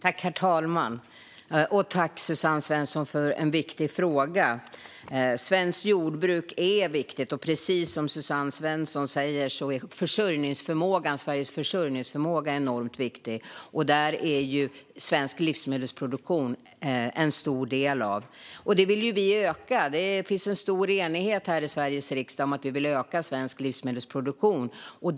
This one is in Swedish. Herr talman! Jag tackar Suzanne Svensson för en viktig fråga. Svenskt jordbruk är viktigt, och precis som Suzanne Svensson säger är Sveriges försörjningsförmåga enormt viktig. Där är svensk livsmedelsproduktion en stor del som vi vill öka. Det finns en stor enighet här i Sveriges riksdag om att vi vill öka den svenska livsmedelsproduktionen.